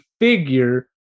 figure